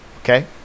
Okay